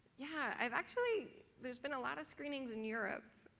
yeah i'm actually there's been a lot of screenings in europe.